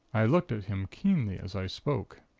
i looked at him keenly as i spoke.